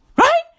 Right